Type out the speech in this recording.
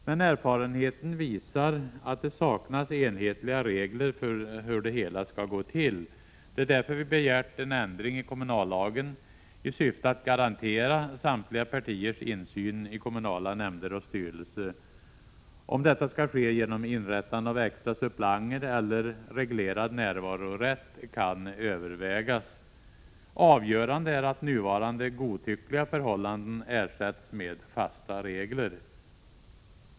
Men erfarenheten visar att det saknas enhetliga regler för hur det hela skall gå till. Det är därför vi begärt en ändring i kommunallagen i syfte att garantera samtliga partiers insyn i kommunala nämnder och styrelser. Om detta skall ske genom inrättande av extra suppleantplatser eller reglerad närvarorätt kan övervägas. Avgörande är att nuvarande godtyckliga förhållanden ersätts med fasta regler.